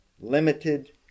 limited